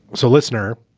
so, listener,